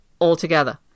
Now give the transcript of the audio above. altogether